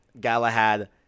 Galahad